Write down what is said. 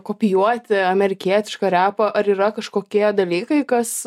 kopijuoti amerikietišką repo ar yra kažkokie dalykai kas